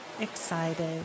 excited